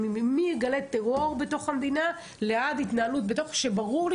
מגלי טרור בתוך המדינה ועד התנהלות שברור לי